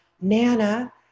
nana